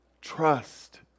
trust